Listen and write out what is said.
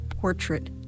portrait